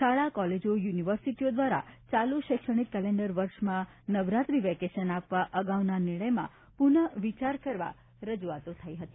શાળા કોલેજો યુનિવર્સિટીઓ દ્વારા ચાલુ શૈક્ષણિક કેલેન્ડર વર્ષમાં નવરાત્રિ વેકેશન આપવા અગાઉના નિર્ણયમાં પુનઃ વિચાર કરવા રજૂઆતો થઈ હતી